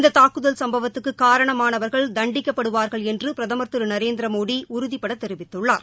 இந்த தாக்குதல் சும்பவத்துக்குக் காரணமானவர்கள் தண்டிக்கப்படுவார்கள் என்று பிரதமர் திரு நரேந்திரமோடி உறுதிபட தெரிவித்துள்ளார்